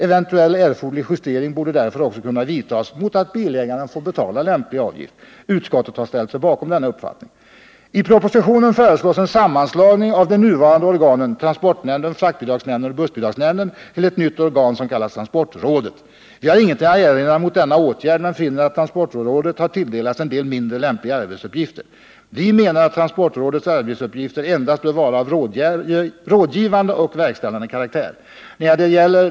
Eventuell erforderlig justering borde därför också kunna vidtas mot att bilägaren fick betala lämpligt avvägd avgift. Utskottet har ställt sig bakom denna uppfattning. I propositionen föreslås en sammanslagning av de nuvarande organen transportnämnden, fraktbidragsnämnden och bussbidragsnämnden till ett nytt organ som kallas transportrådet. Vi har ingenting att erinra mot denna åtgärd men finner att transportrådet har tilldelats en del mindre lämpliga arbetsuppgifter. Vi menar att transportrådets uppgifter endast bör vara av rådgivande och verkställande karaktär.